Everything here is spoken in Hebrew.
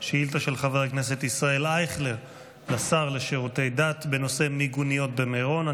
של חבר הכנסת ישראל אייכלר לשר לשירותי דת בנושא מיגוניות במירון.